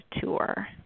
tour